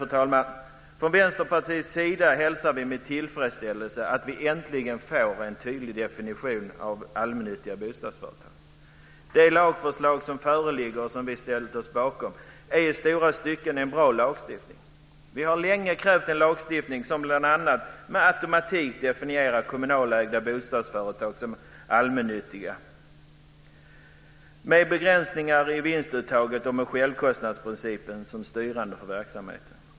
Vi från Vänsterpartiet hälsar med tillfredsställelse att vi äntligen får en tydlig definition av allmännyttiga bostadsföretag. Det lagförslag som föreligger och som vi har ställt oss bakom är i stora stycken en bra lagstiftning. Vi har länge krävt en lagstiftning som bl.a. med automatik definierar kommunalägda bostadsföretag som allmännyttiga med begränsningar i vinstuttag och med självkostnadsprincipen som styrande för verksamheten.